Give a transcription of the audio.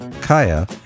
Kaya